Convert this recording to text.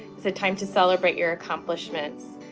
it's a time to celebrate your accomplishments.